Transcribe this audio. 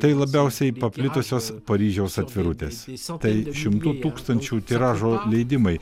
tai labiausiai paplitusios paryžiaus atvirutės visa tai šimtų tūkstančių tiražo leidimai